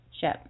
ship